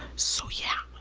so yeah,